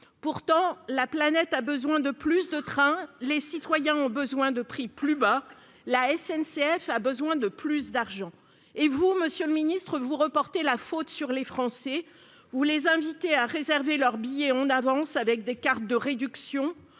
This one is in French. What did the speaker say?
Pourtant, la planète a besoin de plus de trains ; les citoyens ont besoin de prix plus bas ; la SNCF a besoin de plus d'argent. Et, monsieur le ministre, vous rejetez la faute sur les Français. Vous les invitez à réserver leur billet en avance, grâce à des cartes de réduction